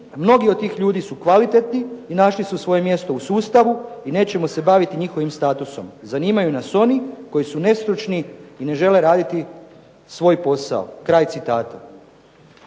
mnogi od tih ljudi su kvalitetni i našli su svoje mjesto u sustavu i nećemo se baviti njihovim statusom. Zanimaju nas oni koji su nestručni i ne žele raditi svoj posao." Kraj citata.